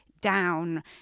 down